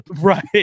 right